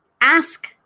Ask